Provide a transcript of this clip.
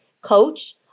coach